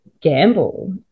gamble